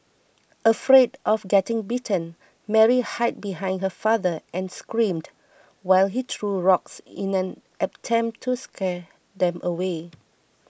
afraid of getting bitten Mary hid behind her father and screamed while he threw rocks in an attempt to scare them away